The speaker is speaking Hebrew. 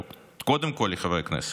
קודם כול לחברי הכנסת.